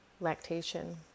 lactation